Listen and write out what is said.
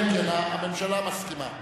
הממשלה מסכימה?